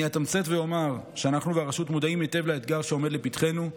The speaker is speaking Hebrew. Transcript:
אני אתמצת ואומר שאנחנו והרשות מודעים היטב לאתגר שעומד לפתחנו.